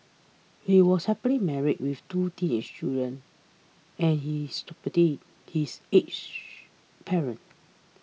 he was happily married with two teenage children and he is supporting his aged parents